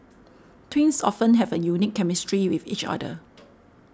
twins often have a unique chemistry with each other